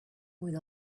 with